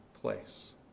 place